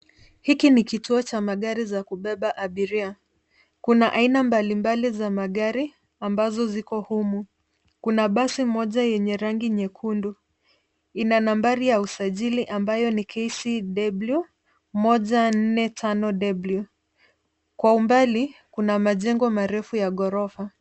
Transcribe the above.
Hiki ni kituo cha magari za kubeba abiria. Kuna aina mbali mbali za magari, ambazo ziko humu. Kuna basi moja yenye rangi nyekundu. Ina nambari ya usajili ambayo ni KCW 145W. Kwa umbali, kuna majengo marefu ya ghorofa.